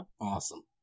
Awesome